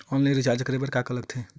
Online recharge करे बर का का करे ल लगथे?